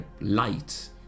light